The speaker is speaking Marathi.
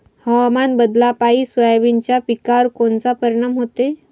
हवामान बदलापायी सोयाबीनच्या पिकावर कोनचा परिणाम होते?